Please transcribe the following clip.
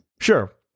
Sure